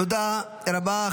תודה רבה.